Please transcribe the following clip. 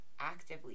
actively